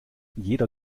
jeder